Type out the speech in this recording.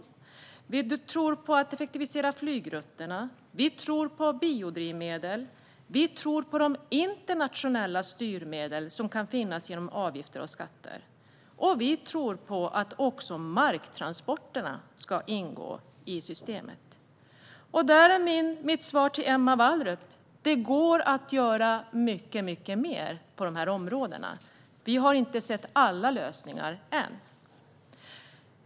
Vi tror på att effektivisera flygrutterna. Vi tror på biodrivmedel. Vi tror på de internationella styrmedel som kan finnas i form av avgifter och skatter. Vi tror på att också marktransporterna ska ingå i systemet. Där är mitt svar till Emma Wallrup: Det går att göra mycket mer på de här områdena. Vi har inte sett alla lösningar än.